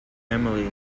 emily